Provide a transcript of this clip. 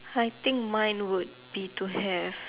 I think mine would be to have